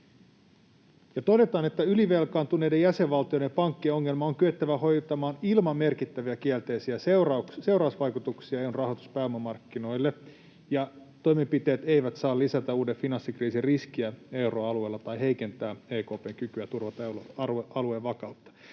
todetaan, että ”ylivelkaantuneiden jäsenvaltioiden ja pankkien ongelmia on kyettävä hoitamaan ilman merkittäviä kielteisiä seurausvaikutuksia EU:n rahoitus- ja pääomamarkkinoille” ja ”toimenpiteet eivät saa lisätä uuden finanssikriisin riskiä euroalueella tai heikentää EKP:n kykyä turvata euroalueen vakautta”.